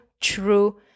true